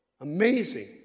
Amazing